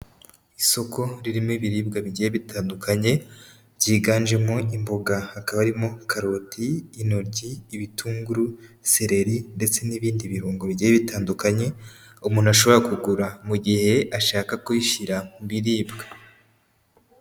Isoko ririmo ibiribwa bigiye bitandukanye byiganjemo imboga hakaba harimo karoti, intoryi, ibitunguru, sereri ndetse n'ibindi birungo bigiye bitandukanye umuntu ashobora kugura mu gihe ashaka kuyishyira mu biribwa.